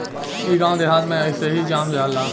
इ गांव देहात में अइसही जाम जाला